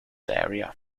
area